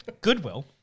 goodwill